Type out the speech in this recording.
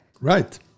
Right